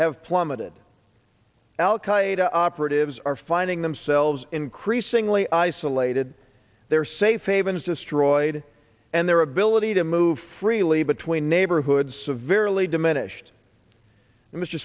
have plummeted al qaeda operatives are finding themselves increasingly isolated their safe havens destroyed and their ability to move freely between neighborhoods severely diminished